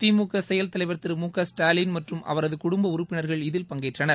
திமுக செயல் தலைவர் திரு மு க ஸ்டாலின் மற்றும் அவரது குடும்ப உறுப்பினர்கள் இதில் பங்கேற்றனர்